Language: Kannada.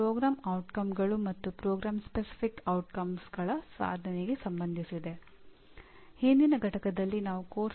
ಪಠ್ಯ 4 ರಲ್ಲಿ ನಾವು ಪರಿಣಾಮ ಆಧಾರಿತ ಶಿಕ್ಷಣವನ್ನು ನೋಡಿದ್ದೇವೆ